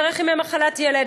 דרך ימי מחלת ילד,